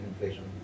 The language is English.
inflation